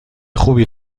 خوبی